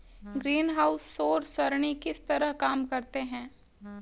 greenhouse सौर सरणी किस तरह काम करते हैं